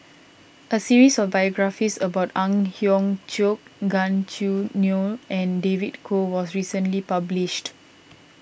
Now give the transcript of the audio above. a series of biographies about Ang Hiong Chiok Gan Choo Neo and David Kwo was recently published